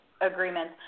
agreements